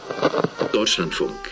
Deutschlandfunk